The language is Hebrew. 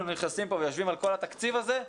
נכנסים פה ויושבים על כל התקציב הזה,